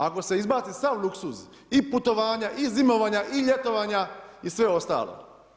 Ako se izbaci sav luksuz, i putovanja i zimovanja i ljetovanja i sve ostalo.